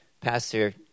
Pastor